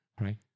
right